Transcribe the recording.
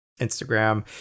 instagram